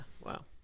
Wow